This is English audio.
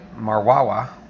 Marwawa